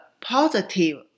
positive